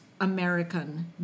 American